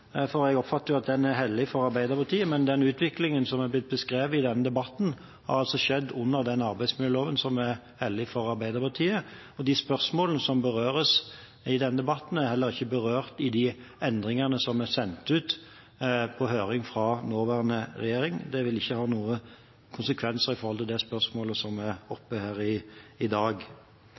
for jeg oppfatter jo at den er hellig for Arbeiderpartiet. Men den utviklingen som er blitt beskrevet i denne debatten, har altså skjedd under den arbeidsmiljøloven som er hellig for Arbeiderpartiet, og de spørsmålene som berøres i denne debatten, er heller ikke berørt i de endringene som er sendt ut på høring fra nåværende regjering. Det vil ikke ha noen konsekvenser for de spørsmålene som er oppe her i dag.